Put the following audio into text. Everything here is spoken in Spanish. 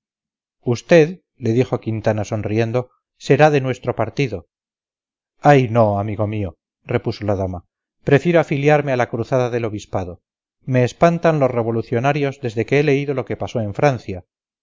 usted le dijo quintana sonriendo será de nuestro partido ay no amigo mío repuso la dama prefiero afiliarme a la cruzada del obispado me espantan los revolucionarios desde que he leído lo que pasó en francia